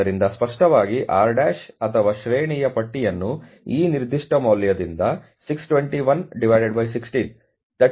ಆದ್ದರಿಂದ ಸ್ಪಷ್ಟವಾಗಿ R' ಅಥವಾ ಶ್ರೇಣಿಯ ಪಟ್ಟಿಯನ್ನು ಈ ನಿರ್ದಿಷ್ಟ ಮೌಲ್ಯದಿಂದ 621 16 39 ಎಂದು ನಿರ್ಧರಿಸಲಾಗಿದೆ